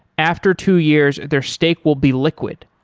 after two years, their stake will be liquid.